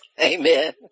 amen